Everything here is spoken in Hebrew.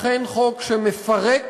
אכן חוק שמפרק